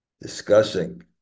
discussing